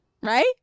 right